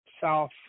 south